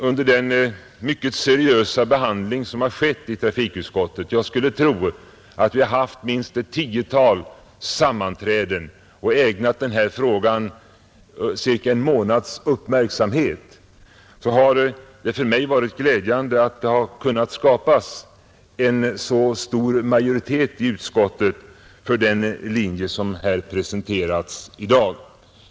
Under den mycket seriösa behandling som har skett i trafikutskottet — jag skulle tro att vi har haft minst ett tiotal sammanträden och ägnat denna fråga nästan en månads uppmärksamhet — så har det för mig varit glädjande att det har kunnat skapas en så stor majoritet i utskottet för den linje som här presenteras i dag.